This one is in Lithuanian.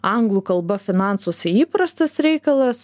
anglų kalba finansus į įprastas reikalas